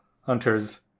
hunters